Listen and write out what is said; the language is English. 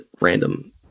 random